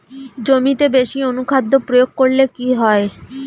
জমিতে বেশি অনুখাদ্য প্রয়োগ করলে কি হয়?